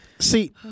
See